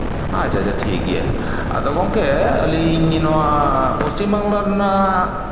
ᱟᱪᱪᱷᱟ ᱟᱪᱪᱷᱟ ᱴᱷᱤᱠ ᱜᱮᱭᱟ ᱟᱫᱚ ᱜᱚᱢᱠᱮ ᱟᱞᱤᱧ ᱱᱚᱣᱟ ᱯᱚᱥᱪᱤᱢ ᱵᱟᱝᱞᱟ ᱨᱮᱱᱟᱜ